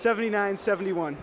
seventy nine seventy one